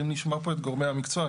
אם נשמע פה את גורמי המקצוע,